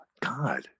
God